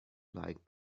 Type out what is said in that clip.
liked